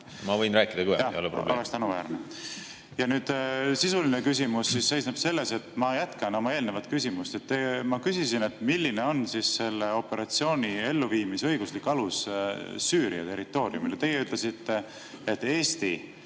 Ma võin rääkida kõvemini. Oleks tänuväärne. Ja nüüd, mu sisuline küsimus seisneb selles, et ma jätkan oma eelmist küsimust. Ma küsisin, milline on selle operatsiooni elluviimise õiguslik alus Süüria territooriumil. Teie ütlesite, et Eesti